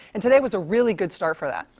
and today was a really good start for that.